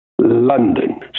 London